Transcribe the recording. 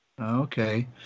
okay